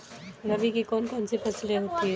रबी की कौन कौन सी फसलें होती हैं?